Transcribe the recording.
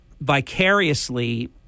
vicariously